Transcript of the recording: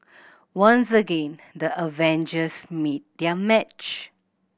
once again the Avengers meet their match